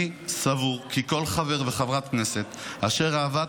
אני סבור שכל חבר וחברת כנסת אשר אהבת